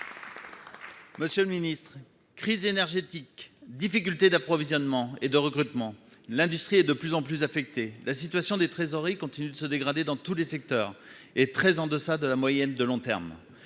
Monsieur le Ministre, crise énergétique, difficultés d'approvisionnement et de recrutement, l'industrie et de plus en plus affecté la situation des trésoreries continue de se dégrader dans tous les secteurs et très en deçà de la moyenne de long terme